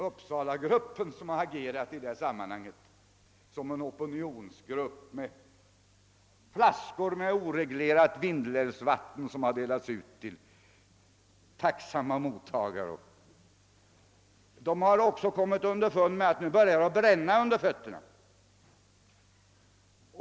Uppsalagruppen, som i detta sammanhang har agerat som en opinionsgrupp och delat ut flaskor med oreglerat Vindelälvsvatten till tacksamma mottagare, har också kommit underfund med att det börjat bränna under fötterna.